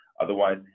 otherwise